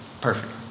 Perfect